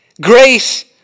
Grace